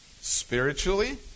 spiritually